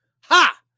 Ha